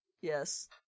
yes